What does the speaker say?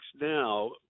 now